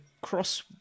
Cross